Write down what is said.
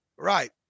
Right